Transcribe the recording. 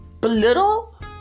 belittle